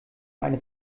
eine